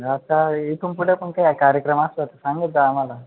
आता इथून पुढे पण काय कार्यक्रम असेल तर सांगत जा आम्हाला